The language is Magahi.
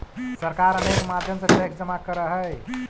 सरकार अनेक माध्यम से टैक्स जमा करऽ हई